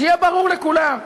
שיהיה ברור לכולם.